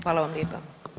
Hvala vam lijepo.